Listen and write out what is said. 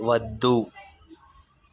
వద్దు